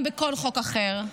גם בכל חוק אחר.